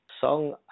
song